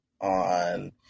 on